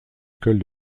école